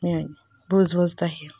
میٛٲنۍ بوٗزوٲز تۄہہِ یہِ